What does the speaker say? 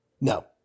No